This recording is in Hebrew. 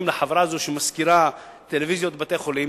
לחברה שמשכירה טלוויזיות בבתי-חולים.